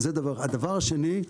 הדבר השני,